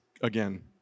again